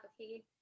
okay